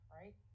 right